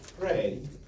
pray